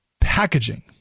packaging